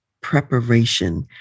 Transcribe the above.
preparation